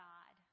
God